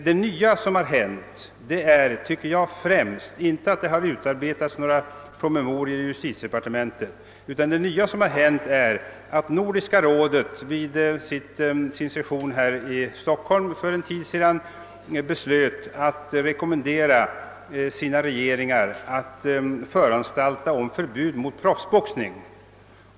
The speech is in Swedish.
Det nya som hänt är enligt min mening inte att promemorior har utarbetats i justitiedepartementet, utan att Nordiska rådet vid sin session i Stockholm för en tid sedan beslöt att rekommendera de nordiska ländernas regeringar att föranstalta om förbud mot proffsboxning.